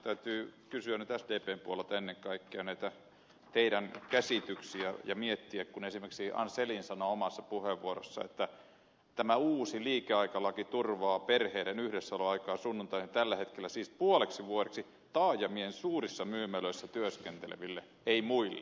täytyy kysyä nyt sdpn puolelta ennen kaikkea näitä teidän käsityksiänne ja miettiä kun esimerkiksi ann selin sanoo omassa puheenvuorossaan että liikeaikalaki turvaa perheiden yhdessäoloaikaa sunnuntaisin tällä hetkellä puoleksi vuodeksi taajamien suurissa myymälöissä työskenteleville ei muille